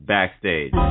Backstage